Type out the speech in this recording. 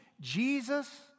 Jesus